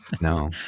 No